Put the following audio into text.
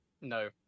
No